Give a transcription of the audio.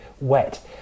wet